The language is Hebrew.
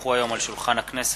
הונחו היום על שולחן הכנסת,